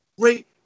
great